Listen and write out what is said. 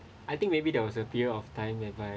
I think maybe there was a period of time whereby